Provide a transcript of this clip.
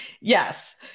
Yes